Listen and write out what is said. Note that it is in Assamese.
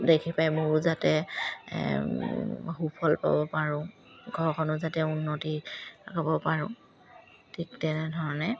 দেখি পায় মোৰো যাতে সুফল পাব পাৰোঁ ঘৰখনো যাতে উন্নতি ক'ব পাৰোঁ ঠিক তেনেধৰণে